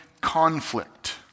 conflict